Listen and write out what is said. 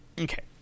Okay